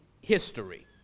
history